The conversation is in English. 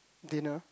dinner